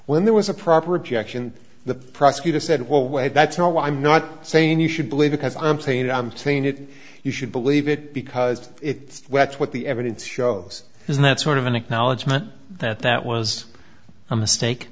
when there was a proper objection the prosecutor said well wait that's no i'm not saying you should believe because i'm saying i'm saying it you should believe it because it's what the evidence shows is that sort of an acknowledgement that that was a mistake